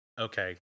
okay